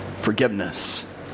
forgiveness